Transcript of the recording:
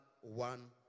one